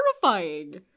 terrifying